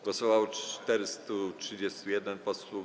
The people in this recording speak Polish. Głosowało 431 posłów.